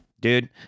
Dude